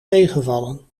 tegenvallen